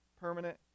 permanent